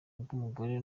bw’umugore